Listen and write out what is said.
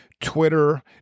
twitter